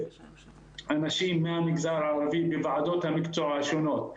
אנשים מהמגזר הערבי בוועדות המקצוע השונות.